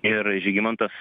ir žygimantas